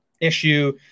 issue